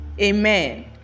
Amen